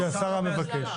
של השר המבקש.